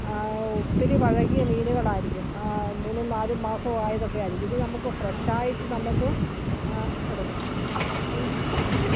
ഒത്തിരി പഴകിയ മീനുകളായിരിക്കും മൂന്നും നാലും മാസം ആയതൊക്കെ ആയിരിക്കും ഇത് നമുക്ക് ഫ്രഷ് ആയിട്ട് നമുക്ക് എടുക്കാം